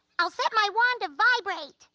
i'll set my wand to vibrate.